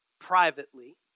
privately